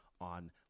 on